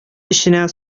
эченә